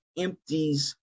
empties